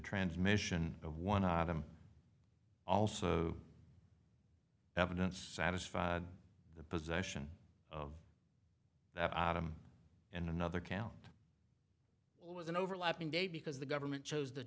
transmission of one item also evidence satisfy the possession of that item and another count was an overlapping day because the government chose the